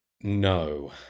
No